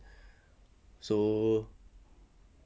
so